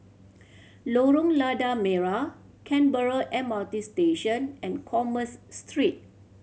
Lorong Lada Merah Canberra M R T Station and Commerce Street